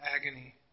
agony